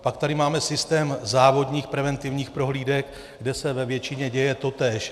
Pak tady máme systém závodních preventivních prohlídek, kde se ve většině děje totéž.